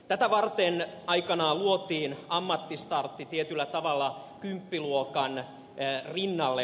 tätä varten aikanaan luotiin ammattistartti tietyllä tavalla kymppiluokan rinnalle